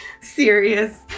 serious